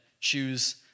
choose